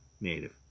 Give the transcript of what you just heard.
Native